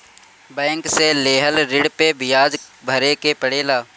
bank से लेहल ऋण पे बियाज भरे के पड़ेला